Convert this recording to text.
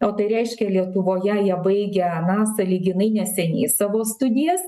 o tai reiškia lietuvoje jie baigę na sąlyginai neseniai savo studijas